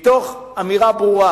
מתוך אמירה ברורה: